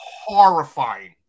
horrifying